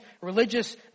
religious